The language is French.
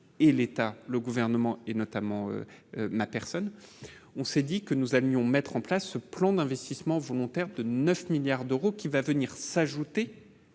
et l'État, le gouvernement et notamment ma personne, on s'est dit que nous allions mettre en place ce plan d'investissement vous mon, de 9 milliards d'euros, qui va venir s'ajouter